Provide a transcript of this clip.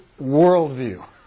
worldview